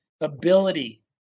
ability